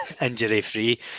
injury-free